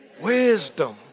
Wisdom